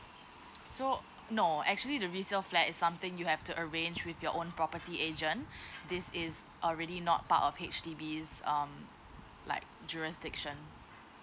so no actually the resale flat is something you have to arrange with your own property agent this is already not part of H_D_B is um like jurisdiction